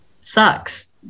Sucks